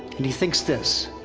and he thinks this